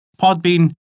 Podbean